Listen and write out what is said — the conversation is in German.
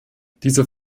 diese